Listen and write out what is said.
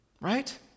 right